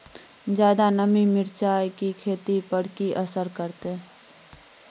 ज्यादा नमी मिर्चाय की खेती पर की असर करते?